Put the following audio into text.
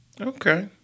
Okay